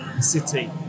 city